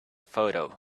photo